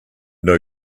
know